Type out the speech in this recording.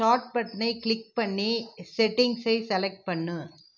start பட்டனை click பண்ணி செட்டிங்ஸை செலக்ட் பண்ணு